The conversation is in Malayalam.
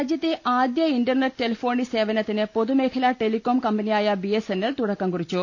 രാജ്യത്തെ ആദ്യ ഇന്റർനെറ്റ് ടെലിഫോണി സേവനത്തിന് പൊതുമേഖലാ ടെലികോം കമ്പനിയായ ബിഎസ്എൻഎൽ തുടക്കം കുറിച്ചു